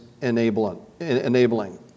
enabling